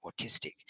autistic